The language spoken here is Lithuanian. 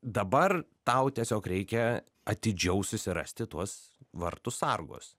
dabar tau tiesiog reikia atidžiau susirasti tuos vartų sargus